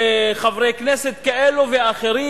וחברי כנסת כאלה ואחרים,